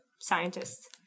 scientists